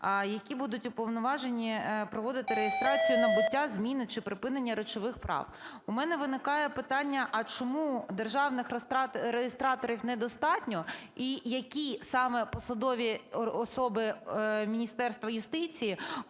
які будуть уповноважені проводити реєстрацію набуття, зміни чи припинення речових прав. У мене виникає питання: а чому державних реєстраторів недостатньо і які саме посадові особи Міністерства юстиції